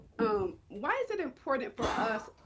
um why is it important for us,